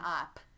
up